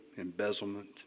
embezzlement